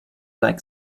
like